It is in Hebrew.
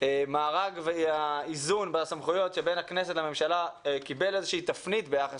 המארג והאיזון בסמכויות שבין הכנסת לממשלה קיבל איזה שהיא תפנית ביחס